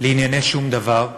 לענייני שום דבר,